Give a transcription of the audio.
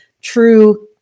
true